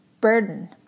burden